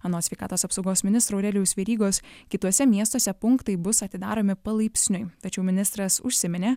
anot sveikatos apsaugos ministro aurelijaus verygos kituose miestuose punktai bus atidaromi palaipsniui tačiau ministras užsiminė